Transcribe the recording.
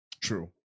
True